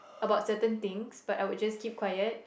about certain things bout I would just keep quiet